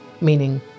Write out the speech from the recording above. meaning